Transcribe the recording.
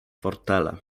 fortele